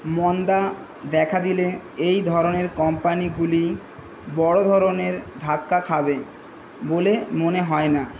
মন্দা দেখা দিলে এই ধরনের কোম্পানিগুলি বড় ধরনের ধাক্কা খাবে বলে মনে হয় না